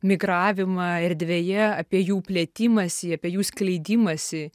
migravimą erdvėje apie jų plėtimąsi apie jų skleidimąsi